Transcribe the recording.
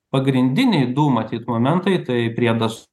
pagrindiniai du matyt momentai tai priedas